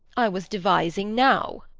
i was devising now.